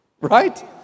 Right